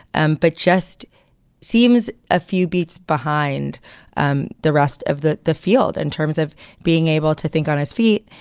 and that but just seems a few beats behind um the rest of the the field in terms of being able to think on his feet,